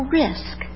risk